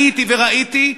הייתי וראיתי,